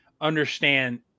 understand